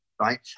Right